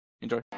enjoy